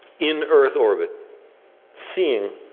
in earth's orbit seen